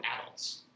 adults